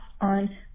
on